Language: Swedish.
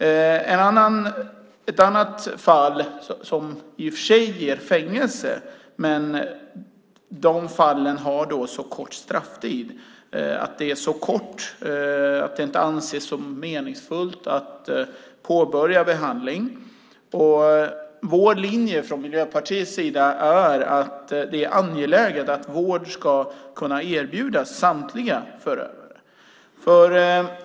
Det finns andra brott som i och för sig ger fängelse men som har så kort strafftid att det inte anses meningsfullt att påbörja behandling. Vår linje från Miljöpartiets sida är att det är angeläget att vård ska kunna erbjudas samtliga förövare.